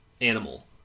animal